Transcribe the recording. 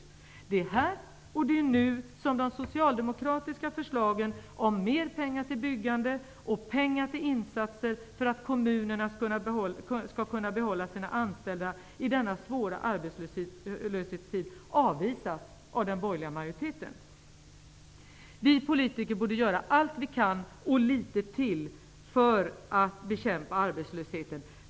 Det är här och det är nu som de socialdemokratiska förslagen om mer pengar till byggande och pengar till insatser för att kommunerna skall kunna behålla sina anställda i denna svåra arbetslöshetstid avvisas av den borgerliga majoriteten. Vi politiker borde göra allt vi kan och litet till för att bekämpa arbetslösheten.